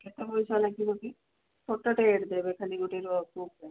କେତେ ପଇସା ଲାଗିବ କି ଛୋଟଟେ ଏଡ୍ ଦେବେ ଖାଲି ଗୋଟେ ର କୁକ୍ ପାଇଁ